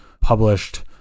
published